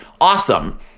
awesome